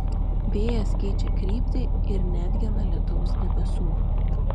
vėjas keičia kryptį ir neatgena lietaus debesų